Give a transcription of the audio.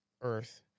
Earth